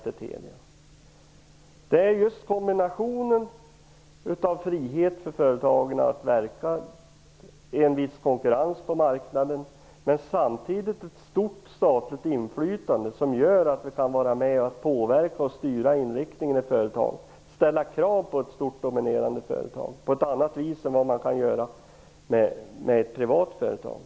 Det handlar om just kombinationen av frihet för företagen att verka i en viss konkurrens på marknaden och ett stort statligt inflytande. Det gör att vi kan vara med och påverka, styra inriktningen av och ställa krav på ett stort, dominerande företag, på ett annat sätt än vad man kan göra med ett privat företag.